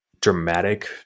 dramatic